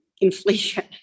Inflation